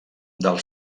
del